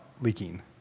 leaking